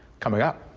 coming up.